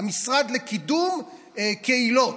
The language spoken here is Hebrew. המשרד לקידום קהילות,